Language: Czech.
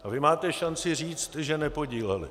A vy máte šanci říct, že nepodíleli.